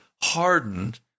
hardened